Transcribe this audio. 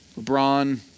LeBron